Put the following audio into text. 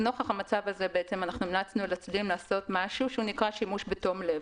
לנוכח המצב הזה המלצנו לצדדים לעשות משהו שנקרא שימוש בתום-לב.